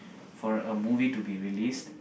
for a movie to be released